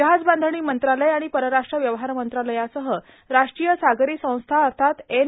जहाजबांधणी मंत्रालय आणि परराष्ट्र व्यवहार मंत्रालयासह राष्ट्रीय सागरी संस्था अर्थात एन